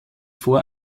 vor